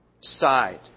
Side